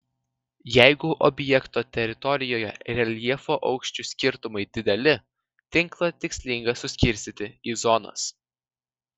jeigu objekto teritorijoje reljefo aukščių skirtumai dideli tinklą tikslinga suskirstyti į zonas